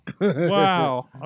Wow